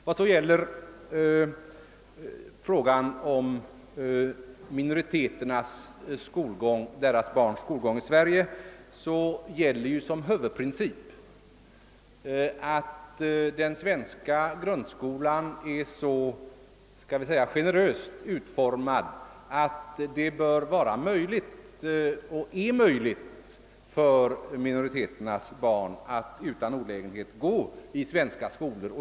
Vad gäller frågan om minoritetsbarnens skolgång i Sverige vill jag säga att som huvudprincip gäller, att den svenska grundskolan är så generöst utformad att det bör vara och är möjligt för minoriteternas barn att utan olägenhet gå i svenska skolor.